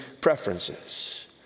preferences